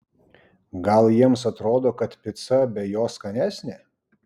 gal jiems atrodo kad pica be jo skanesnė